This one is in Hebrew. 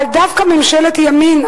אבל דווקא ממשלת ימין,